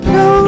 no